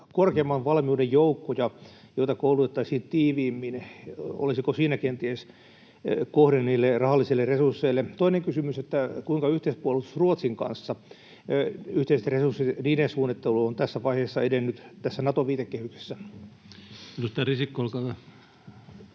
korkeimman valmiuden joukkoja, joita koulutettaisiin tiiviimmin? Olisiko siinä kenties kohde niille rahallisille resursseille? Toinen kysymys: kuinka yhteispuolustus Ruotsin kanssa, yhteisten resurssien suunnittelu on tässä vaiheessa edennyt tässä Nato-viitekehyksessä? Edustaja Risikko, olkaa hyvä.